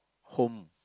home